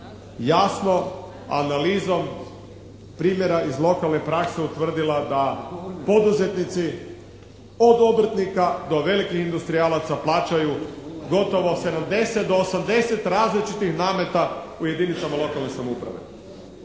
jasno analizom primjera iz lokalne prakse utvrdila da poduzetnici od obrtnika do velikih industrijalaca plaćaju gotovo 70 do 80 različitih nameta u jedinicama lokalne samouprave.